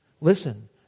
listen